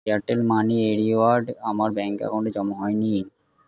Airtel money এ reward আমার bank অ্যাকাউন্টে জমা হয়নি